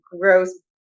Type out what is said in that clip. gross